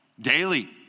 daily